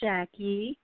Jackie